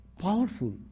powerful